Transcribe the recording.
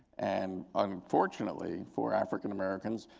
and, unfortunately, for african americans,